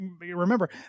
remember